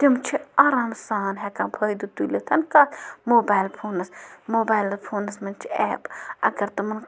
تِم چھِ آرام سان ہٮ۪کان فٲیدٕ تُلِتھ کَتھ موبایِل فونَس موبایلہٕ فونَس منٛز چھِ اٮ۪پ اَگر تمَن